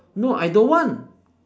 no I don't want